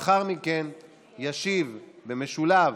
הצמדה,